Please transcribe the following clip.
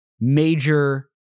major